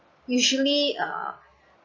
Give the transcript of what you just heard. usually uh